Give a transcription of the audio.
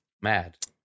mad